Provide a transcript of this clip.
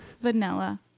vanilla